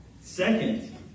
Second